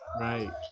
right